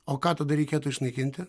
o ką tada reikėtų išnaikinti